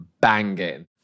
banging